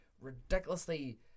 ridiculously